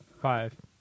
Five